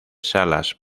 salas